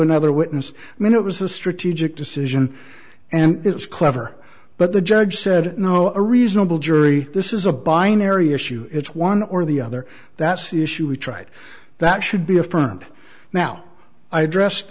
another witness i mean it was a strategic decision and it was clever but the judge said no a reasonable jury this is a binary issue it's one or the other that's the issue we tried that should be affirmed now i dressed